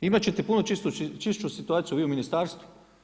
Imat ćete puno čišću situaciju vi u ministarstvu.